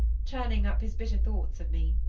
churning up his bitter thoughts of me.